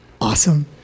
Awesome